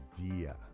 idea